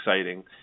exciting